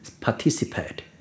participate